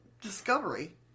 discovery